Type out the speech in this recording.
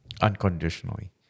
unconditionally